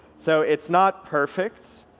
so it's not perfect,